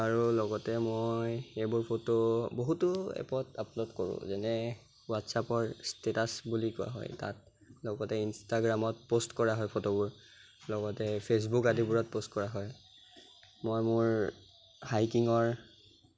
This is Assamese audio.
আৰু লগতে মই সেইবোৰ ফ'টো বহুতো এপত আপলোড কৰোঁ যেনে হোৱাটছআপৰ ষ্টেটাছ বুলি কোৱা হয় তাত লগতে ইনষ্টাগ্ৰামত পোষ্ট কৰা হয় ফ'টোবোৰ লগতে ফেচবুক আদিবোৰত পোষ্ট কৰা হয় মই মোৰ হাইকিঙৰ